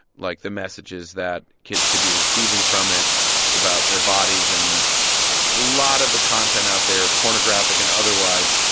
like, the messages that kids could be receiving from it about their bodies. and a lot of the content out there, pornographic and otherwise,